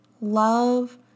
love